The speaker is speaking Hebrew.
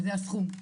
וזה הסכום.